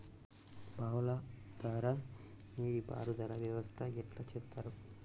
బావుల ద్వారా నీటి పారుదల వ్యవస్థ ఎట్లా చేత్తరు?